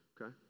okay